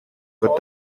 but